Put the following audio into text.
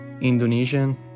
Indonesian